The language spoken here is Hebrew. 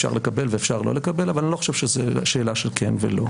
אפשר לקבל ואפשר לא לקבל אבל אני לא חושב שזאת שאלה של כן ולא.